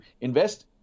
invest